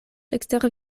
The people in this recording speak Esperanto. ekster